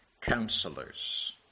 counselors